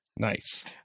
Nice